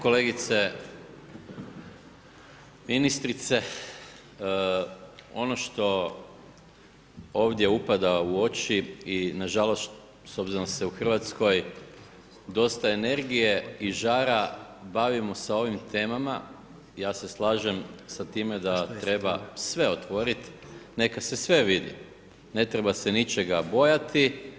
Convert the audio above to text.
Kolegice ministrice, ono što ovdje upada u oči i nažalost s obzirom da se u Hrvatskoj sa dosta energije i žara bavimo sa ovim temama, ja se slažem sa time da treba sve otvoriti, neka se sve vidi, ne treba se ničega bojati.